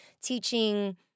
teaching